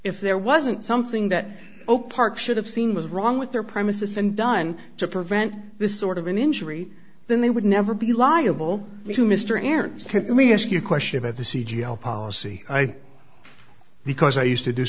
if there wasn't something that opar should have seen was wrong with their premises and done to prevent this sort of an injury then they would never be liable to mr ayres me ask you a question about the c g l policy i because i used to do